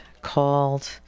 called